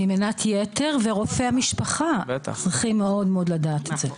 ממנת יתר ורופא משפחה צריכים מאוד מאוד לדעת את זה.